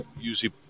usually